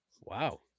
wow